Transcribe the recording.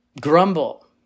Grumble